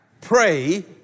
pray